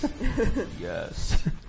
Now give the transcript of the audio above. Yes